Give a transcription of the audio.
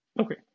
Okay